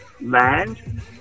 land